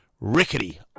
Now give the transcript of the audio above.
rickety